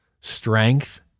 strength